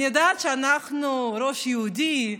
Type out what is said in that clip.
אני יודעת שאנחנו ראש יהודי,